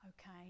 okay